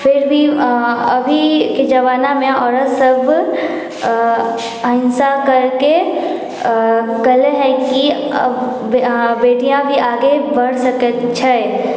फिर भि अभीके जमानामे औरत सभ अहिंसा करिके कयले हैकि अब बेटियाँ भी आगे बढ़ सकैत छै